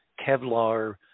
Kevlar